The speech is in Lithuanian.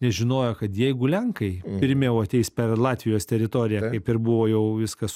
nes žinojo kad jeigu lenkai pirmiau ateis per latvijos teritoriją kaip ir buvo jau viskas